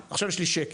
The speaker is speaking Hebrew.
אתם מבינים אותי,